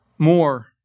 More